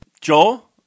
Joel